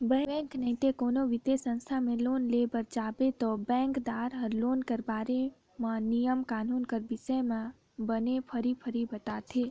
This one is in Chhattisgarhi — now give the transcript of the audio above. बेंक नइते कोनो बित्तीय संस्था में लोन लेय बर जाबे ता बेंकदार हर लोन के बारे म नियम कानून कर बिसे में बने फरी फरी बताथे